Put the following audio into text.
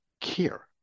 care